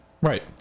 Right